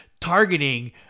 targeting